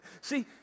See